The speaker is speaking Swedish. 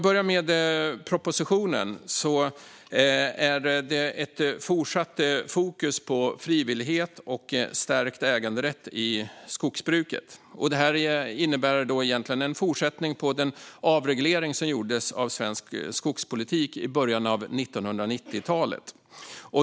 I propositionen är det ett fortsatt fokus på frivillighet och stärkt äganderätt i skogsbruket. Det innebär egentligen en fortsättning på den avreglering som gjordes av svensk skogspolitik i början av 1990-talet.